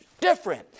different